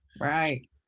Right